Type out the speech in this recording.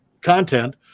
content